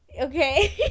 Okay